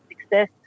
success